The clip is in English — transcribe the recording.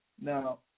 Now